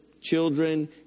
children